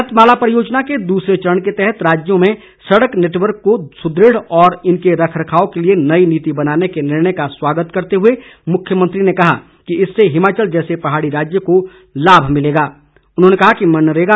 भारत माला परियोजना के दूसरे चरण के तहत राज्यों में सड़क नेटवर्क को सुदृढ और इनके रखरखाव के लिए नई नीति बनाने के निर्णय का स्वागत करते हुए मुख्यमंत्री ने कहा कि इससे हिमाचल जैसे पहाड़ी राज्यों को लाभ मिलेगा